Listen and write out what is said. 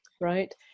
right